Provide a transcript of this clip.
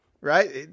right